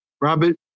Robert